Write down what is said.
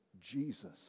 Jesus